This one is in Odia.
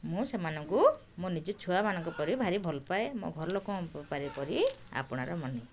ମୁଁ ସେମାନଙ୍କୁ ମୋ ନିଜ ଛୁଆମାନଙ୍କ ପରି ଭାରି ଭଲପାଏ ମୋ ଘରଲୋକଙ୍କ ପରି ପରି ଆପଣାର ମାନେ